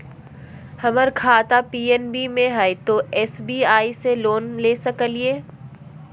हमर खाता पी.एन.बी मे हय, तो एस.बी.आई से लोन ले सकलिए?